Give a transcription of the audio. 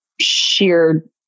sheer